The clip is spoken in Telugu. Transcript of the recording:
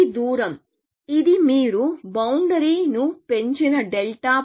ఈ దూరం ఇది మీరు బౌండరీ ను పెంచిన డెల్టా